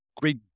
great